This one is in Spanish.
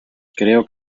creo